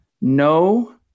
No